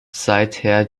seither